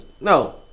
No